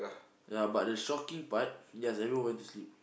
ya but the shocking part yes everyone went to sleep